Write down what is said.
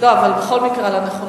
על הנכונות.